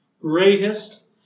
greatest